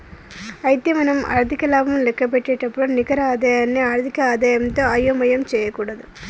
అయితే మనం ఆర్థిక లాభం లెక్కపెట్టేటప్పుడు నికర ఆదాయాన్ని ఆర్థిక ఆదాయంతో అయోమయం చేయకూడదు